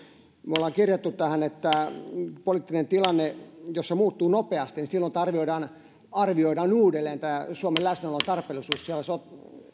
me olemme kirjanneet tähän että jos poliittinen tilanne muuttuu nopeasti niin silloin arvioidaan arvioidaan uudelleen suomen läsnäolon tarpeellisuus